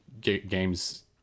games